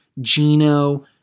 Gino